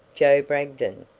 joe bragdon,